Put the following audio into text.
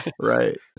right